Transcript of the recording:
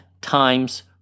times